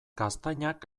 gaztainak